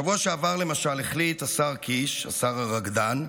בשבוע שעבר, למשל, החליט השר קיש, השר הרקדן,